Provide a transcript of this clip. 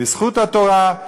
בזכות התורה,